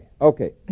Okay